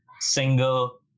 single